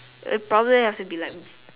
it probably has to be like